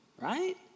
right